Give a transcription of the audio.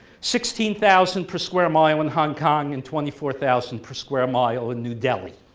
sixteen thousand per square mile in hong kong, and twenty four thousand per square mile in new delhi.